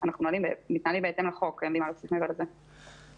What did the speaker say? אנחנו מתנהלים בהתאם לחוק,